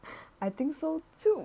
I think so too